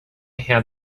had